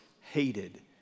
hated